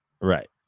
right